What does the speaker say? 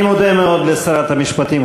אני מודה מאוד לשרת המשפטים,